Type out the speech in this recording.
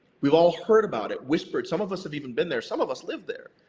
we've all heard about it, whispered, some of us have even been there, some of us live there.